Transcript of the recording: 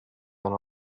than